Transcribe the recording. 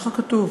ככה כתוב.